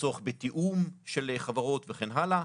יש צורך בתיאום של חברות וכן הלאה,